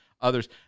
others